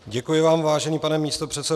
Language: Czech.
Děkuji vám, vážený pane místopředsedo.